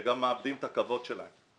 הם גם מאבדים את הכבוד שלהם.